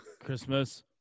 Christmas